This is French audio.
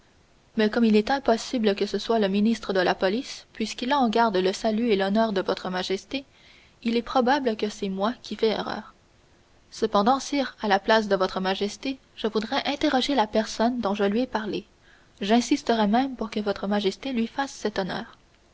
mais comme il est impossible que ce soit le ministre de la police puisqu'il a en garde le salut et l'honneur de votre majesté il est probable que c'est moi qui fais erreur cependant sire à la place de votre majesté je voudrais interroger la personne dont je lui ai parlé j'insisterai même pour que votre majesté lui fasse cet honneur